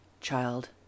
child